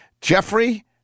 Jeffrey